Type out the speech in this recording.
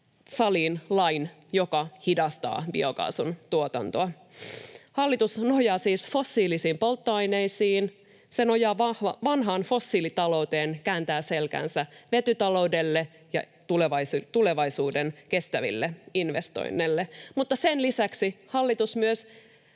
saliin lain, joka hidastaa biokaasun tuotantoa. Hallitus nojaa siis fossiilisiin polttoaineisiin, se nojaa vanhaan fossiilitalouteen, kääntää selkänsä vetytaloudelle ja tulevaisuuden kestäville investoinneille. Mutta sen lisäksi hallitus myös